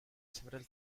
several